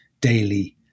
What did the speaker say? daily